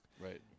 Right